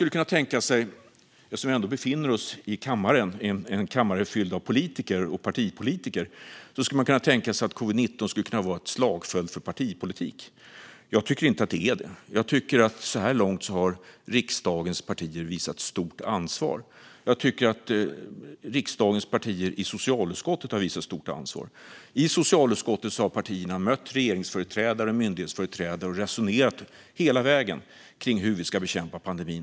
Eftersom vi ändå befinner oss i en kammare full av partipolitiker skulle man kunna tänka sig att covid-19 skulle kunna vara ett slagfält för partipolitik. Jag tycker inte att det är det. Jag tycker att riksdagens partier så här långt har visat stort ansvar, och jag tycker att partierna i socialutskottet har visat stort ansvar. I socialutskottet har partierna mött regeringsföreträdare och myndighetsföreträdare och resonerat hela vägen om hur vi ska bekämpa pandemin.